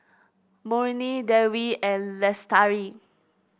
Murni Dewi and Lestari